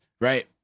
right